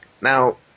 Now